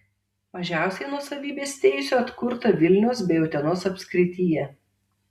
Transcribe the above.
mažiausiai nuosavybės teisių atkurta vilniaus bei utenos apskrityje